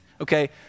okay